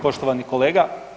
Poštovani kolega.